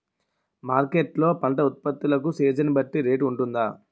Market లొ పంట ఉత్పత్తి లకు సీజన్ బట్టి రేట్ వుంటుందా?